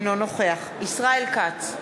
אינו נוכח ישראל כץ,